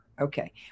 Okay